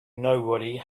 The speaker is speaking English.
nobody